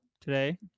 today